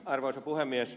arvoisa puhemies